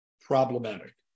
problematic